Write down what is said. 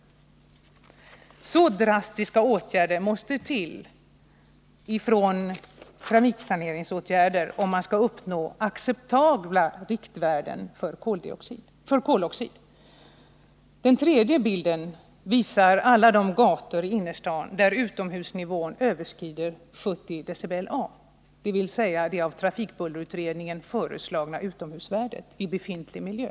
Så drastiska trafiksaneringsåtgärder måste till om man skall uppnå acceptabla riktvärden för koloxid. Den tredje bilden visar alla de gator i innerstaden där utomhusnivån överskrider 70 dBA, dvs. det av trafikbullerutredningen föreslagna utomhusvärdet i befintlig miljö.